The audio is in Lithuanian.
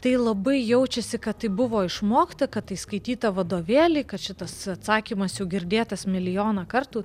tai labai jaučiasi kad tai buvo išmokta kad tai skaityta vadovėly kad šitas atsakymas jau girdėtas milijoną kartų